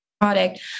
product